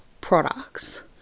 products